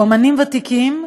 אמנים ותיקים,